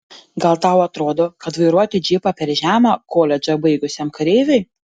gal tau atrodo kad vairuoti džipą per žema koledžą baigusiam kareiviui